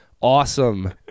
Awesome